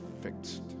fixed